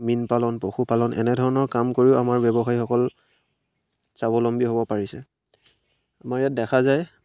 মীন পালন পশুপালন এনেধৰণৰ কাম কৰিও আমাৰ ব্যৱসায়ীসকল স্বাৱলম্বী হ'ব পাৰিছে আমাৰ ইয়াত দেখা যায়